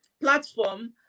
platform